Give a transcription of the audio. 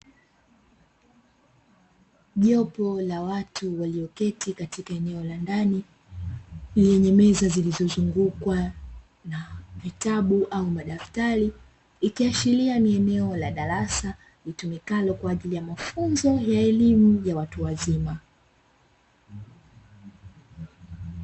Jopo la watu waliyoketi katika eneo la ndani lenye meza zilizozungukwa na vitabu au madaftari, ikiashiria ni eneo la darasa litumikalo kwa ajili ya mafunzo ya elimu ya watu wazima.